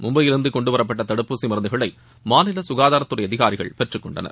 மும்பையில் இருந்து கொண்டு வரப்பட்ட தடுப்பூசி மருந்துகளை மாநில சுகாதாரத் துறை அதிகாரிகள் பெற்றுக்கொண்டனர்